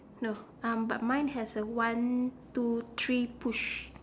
no um but mine has a one two three push